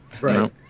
right